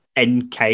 NK